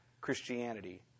Christianity